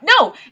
no